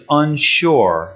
unsure